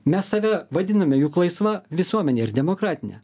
mes save vadiname juk laisvą visuomene ir demokratine